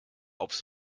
aufs